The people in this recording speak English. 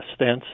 stents